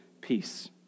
peace